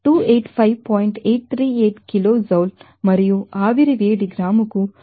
838 kilo joule మరియుహీట్ of evaporation గ్రాముకు 44